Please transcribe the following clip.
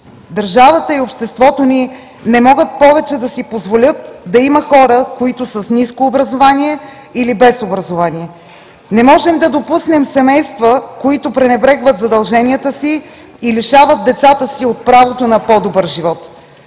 Държавата и обществото ни не могат повече да си позволят да има хора, които са с ниско образование или без образование. Не можем да допуснем семейства, които пренебрегват задълженията си и лишават децата си от правото на по-добър живот.